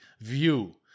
view